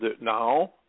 now